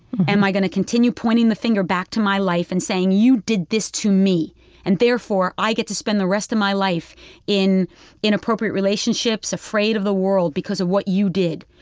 am i going to continue pointing the finger back to my life and saying, you did this to me and therefore i get to spend the rest of my life in inappropriate relationships, afraid of the world, because of what you did?